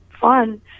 fun